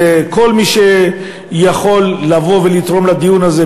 וכל מי שיכול לבוא ולתרום לדיון הזה,